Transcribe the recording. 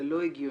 זה לא הגיוני,